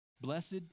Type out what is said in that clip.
Blessed